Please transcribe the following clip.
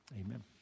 Amen